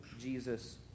Jesus